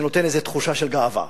זה נותן איזו תחושה של גאווה.